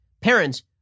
Parents